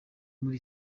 muri